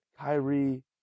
Kyrie